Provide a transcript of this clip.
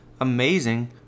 amazing